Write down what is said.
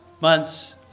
months